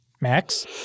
Max